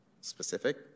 specific